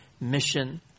mission